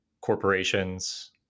corporations